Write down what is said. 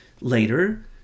Later